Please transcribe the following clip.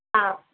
हाँ